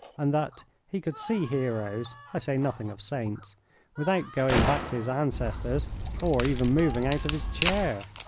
and that he could see heroes i say nothing of saints without going back to his ancestors or even moving out of his chair.